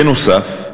בנוסף,